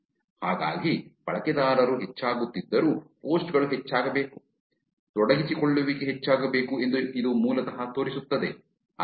ಹಾಗಾಗಿ ಬಳಕೆದಾರರು ಹೆಚ್ಚಾಗುತ್ತಿದ್ದರೂ ಪೋಸ್ಟ್ ಗಳು ಹೆಚ್ಚಾಗಬೇಕು ತೊಡಗಿಸಿಕೊಳ್ಳುವಿಕೆ ಹೆಚ್ಚಾಗಬೇಕು ಎಂದು ಇದು ಮೂಲತಃ ತೋರಿಸುತ್ತದೆ